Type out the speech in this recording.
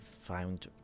found